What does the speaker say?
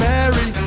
Mary